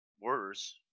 worse